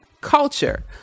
culture